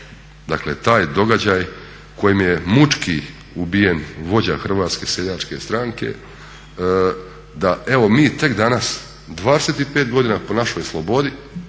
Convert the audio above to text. dakle taj događaj kojim je mučki ubijen vođa HSS-a, da evo mi tek danas, 25 godina po našoj slobodi